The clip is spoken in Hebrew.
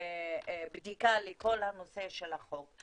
בדיקה לכל הנושא של החוק.